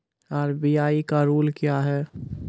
RBI का rule क्या हैं?